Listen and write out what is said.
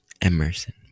Emerson